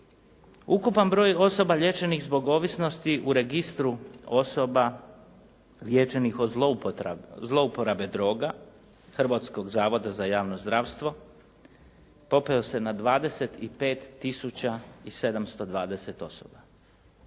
Ukupan broj liječenih zbog ovisnosti u registru osoba liječenih od zlouporabe droga Hrvatskog zavoda za javno zdravstvo popeo se na 25720 osoba.